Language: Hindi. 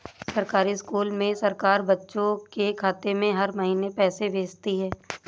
सरकारी स्कूल में सरकार बच्चों के खाते में हर महीने पैसे भेजती है